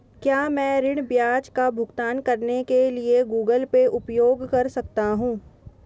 क्या मैं ऋण ब्याज का भुगतान करने के लिए गूगल पे उपयोग कर सकता हूं?